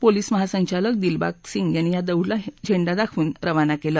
police महासंचालक दिलबाग सिंग यांनी या दौडला झेंडा दाखवून रवाना केलं